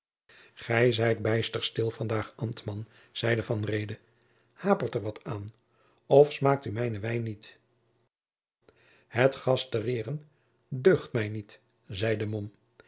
gij zijt bijster stil vandaag ambtman zeide van reede hapert er wat aan of smaakt u mijn wijn niet het gastereeren deugt mij niet zeide